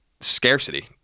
scarcity